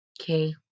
Okay